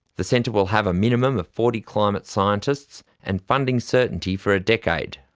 the centre will have a minimum of forty climate scientists and funding certainty for a decade.